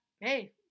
hey